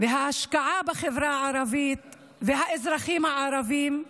וההשקעה בחברה הערבית ובאזרחים הערבים,